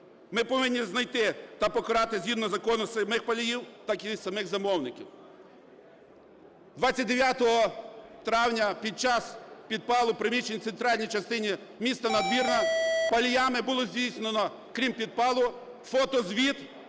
Ми повинні знайти та покарати згідно закону самих паліїв, так і самих замовників. 29 травня під час підпалу приміщення в центральній частині міста Надвірна паліями було здійснено, крім підпалу, фотозвіт